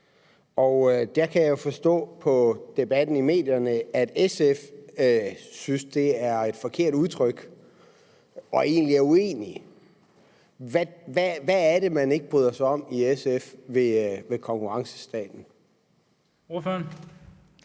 Der kan jeg jo forstå på debatten i medierne, at SF synes, det er et forkert udtryk, og at man egentlig er uenig. Hvad er det, man i SF ikke bryder sig om ved konkurrencestaten?